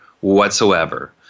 whatsoever